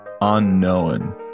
unknown